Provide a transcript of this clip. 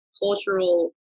cultural